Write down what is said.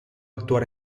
actuar